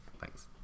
Thanks